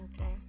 Okay